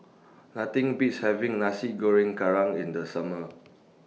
Nothing Beats having Nasi Goreng Kerang in The Summer